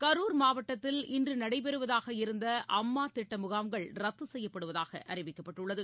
கருர் மாவட்டத்தில் இன்றுநடைபெறுவதாக இருந்தகனஅம்மாதிட்டமுகாம்கள் ரத்துசெய்யப்படுவதாகஅறிவிக்கப்பட்டுள்ளது